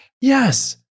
Yes